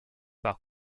par